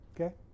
Okay